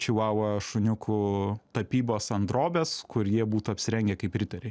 čihuahua šuniukų tapybos ant drobės kur jie būtų apsirengę kaip riteriai